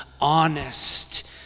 honest